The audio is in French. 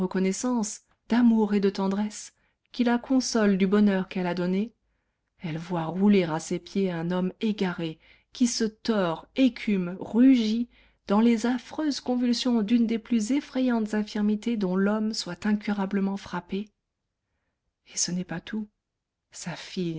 reconnaissance d'amour et de tendresse qui la consolent du bonheur qu'elle a donné elle voit rouler à ses pieds un homme égaré qui se tord écume rugit dans les affreuses convulsions d'une des plus effrayantes infirmités dont l'homme soit incurablement frappé et ce n'est pas tout sa fille